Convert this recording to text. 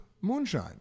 moonshine